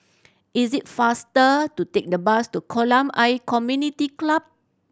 is it faster to take the bus to Kolam Ayer Community Club